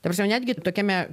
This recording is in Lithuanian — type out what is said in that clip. ta prasme netgi tokiame